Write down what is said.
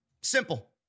Simple